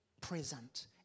present